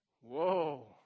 Whoa